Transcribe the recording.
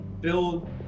build